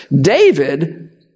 David